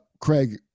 Craig